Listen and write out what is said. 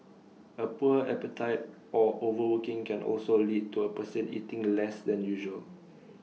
A poor appetite or overworking can also lead to A person eating less than usual